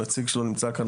נציג שלו נמצא כאן,